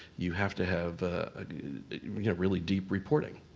you have to have ah really deep reporting.